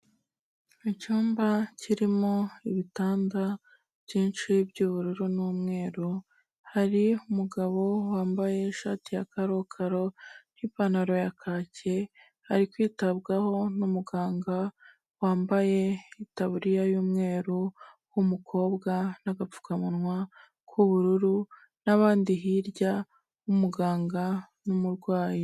Mu cyumba kirimo ibitanda byinshi by'ubururu n'umweru, hari umugabo wambaye ishati ya karokaro n'ipantaro ya kaki, hari kwitabwaho n'umuganga wambaye itaburiya y'umweru w'umukobwa n'agapfukamunwa k'ubururu, n'abandi hirya, umuganga n'umurwayi.